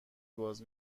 باز